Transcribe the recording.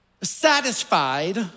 satisfied